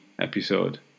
episode